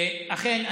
אכן,